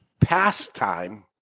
pastime